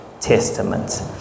Testament